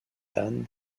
dan